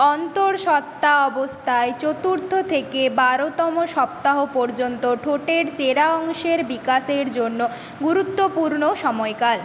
অন্তঃসত্ত্বা অবস্থায় চতুর্থ থেকে বারোতম সপ্তাহ পর্যন্ত ঠোঁটের চেরা অংশের বিকাশের জন্য গুরুত্বপূর্ণ সময়কাল